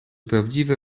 prawdziwe